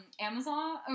Amazon